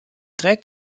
trägt